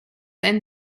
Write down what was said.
ein